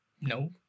no